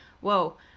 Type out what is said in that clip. whoa